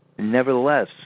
Nevertheless